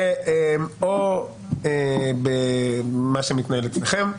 ו/או במה שמתנהל אצלכם.